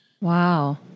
Wow